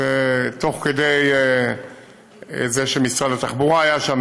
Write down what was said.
תוך כדי זה שמשרד התחבורה היה שם,